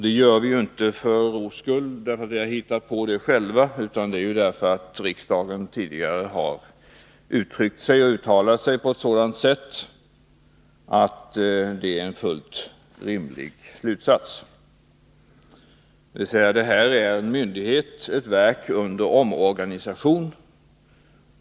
Det har vi inte gjort för ro skull eller därför att vi har hittat på det själva, utan därför att riksdagen tidigare har uttalat sig på ett sådant sätt att det är en fullt rimlig slutsats. Detta är ju ett verk under omorganisation.